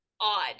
odd